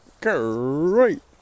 Great